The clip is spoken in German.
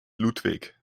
ludwig